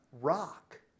rock